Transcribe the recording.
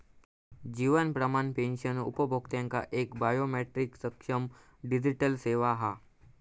जीवन प्रमाण पेंशन उपभोक्त्यांका एक बायोमेट्रीक सक्षम डिजीटल सेवा हा